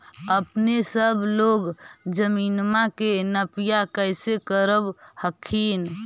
अपने सब लोग जमीनमा के नपीया कैसे करब हखिन?